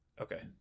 Okay